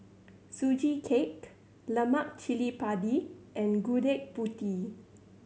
Sugee Cake lemak cili padi and Gudeg Putih